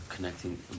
connecting